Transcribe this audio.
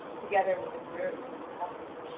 together with the nerves and flesh.